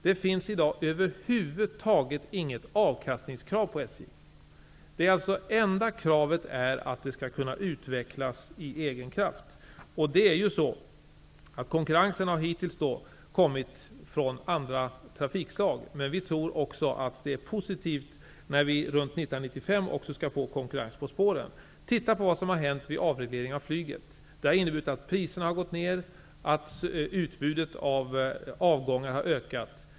Det finns i dag över huvud taget inget avkastningskrav på SJ. Det enda kravet är att det skall kunna utvecklas av egen kraft. Konkurrensen har hittills kommit från andra trafikslag. Det är positivt när vi runt 1995 också får konkurrens på spåren. Titta på vad som har hänt vid avregleringen av flyget! Det har inneburit att priserna har gått ner och utbudet av avgångar har ökat.